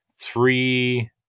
three